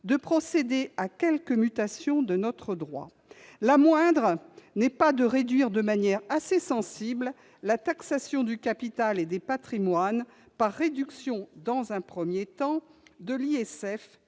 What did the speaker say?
de procéder à quelques mutations de notre droit. La moindre n'est pas de réduire de manière assez sensible la taxation du capital et des patrimoines,, dans un premier temps, la